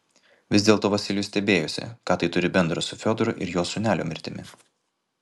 vis dėlto vasilijus stebėjosi ką tai turi bendra su fiodoru ir jo sūnelio mirtimi